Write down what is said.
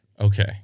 okay